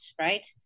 right